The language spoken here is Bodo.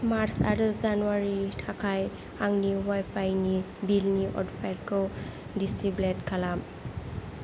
मार्च आरो जानुवारिनि थाखाय आंनि अवाइफाइनि बिलनि अट'पेखौ दिसेब्लेद खालाम